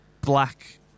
black